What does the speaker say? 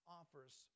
offers